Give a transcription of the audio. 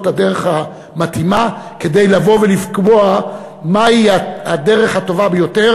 הדרך המתאימה כדי לבוא ולקבוע מהי הדרך הטובה ביותר